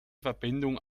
verbindung